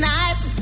nice